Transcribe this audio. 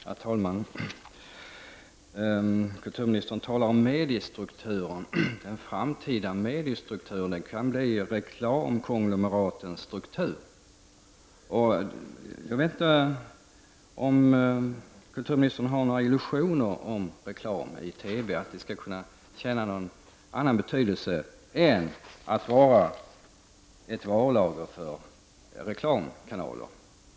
Herr talman! Kulturministern talar om mediestrukturen. Den framtida mediestrukturen kan bli reklamkonglomeratens struktur. Jag vet inte om kulturministern har några illusioner om reklam i TV, att den skulle kunna tjäna något annat ändamål än att vara ett varulager.